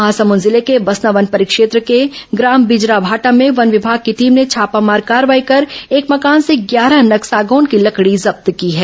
महासमुंद जिले के बसना वन परिक्षेत्र के ग्राम बिजरामाटा में वन विभाग की टीम ने छापामार कार्रवाई कर एक मकान से ग्यारह नग सागौन की लकड़ी जब्त की है